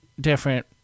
different